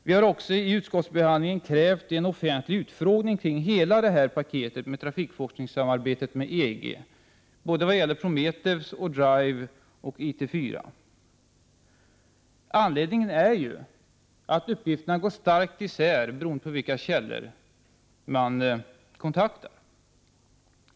Vi har också vid utskottsbehandlingen krävt en offentlig utfrågning kring hela det här paketet som avser trafikforskningssamarbetet med EG, vad gäller både Prometheus, DRIVE och IT4. Anledningen är ju att uppfattningarna går starkt isär beroende på vilka källor man kontaktar.